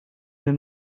den